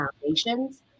foundations